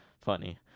Funny